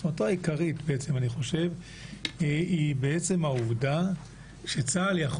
עצמתו העיקרית היא בעצם העובדה שצה"ל יכול